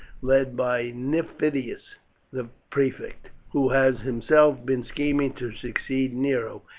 led by nymphidius the prefect, who has himself been scheming to succeed nero,